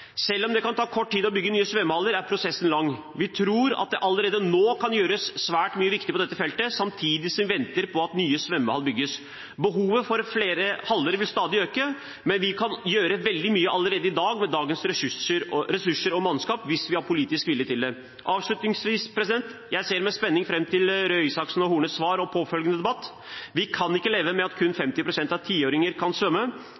Selv om det kan ta kort tid å bygge nye svømmehaller, er prosessen lang. Vi tror at det allerede nå kan gjøres svært mye viktig på dette feltet, samtidig som vi venter på at nye svømmehaller bygges. Behovet for flere haller vil stadig øke, men vi kan gjøre veldig mye allerede i dag med dagens ressurser og mannskap, hvis vi har politisk vilje til det. Avslutningsvis – jeg ser med spenning fram til Røe Isaksens og Hornes svar og påfølgende debatt. Vi kan ikke leve med at kun